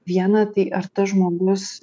vieną tai ar tas žmogus